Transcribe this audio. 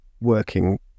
working